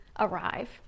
Arrive